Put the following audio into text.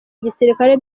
gisirikare